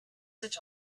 sit